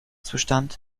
zustand